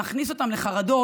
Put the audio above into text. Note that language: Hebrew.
זה מכניס אותם לחרדות.